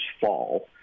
fall